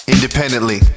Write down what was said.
independently